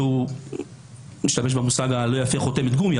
ואני אשתמש במושג הלא יפה "חותמת גומי",